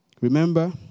Remember